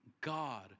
God